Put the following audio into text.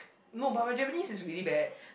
no but my Japanese is really bad